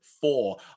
four